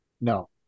No